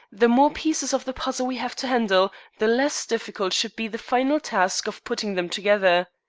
the more pieces of the puzzle we have to handle the less difficult should be the final task of putting them together.